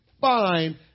fine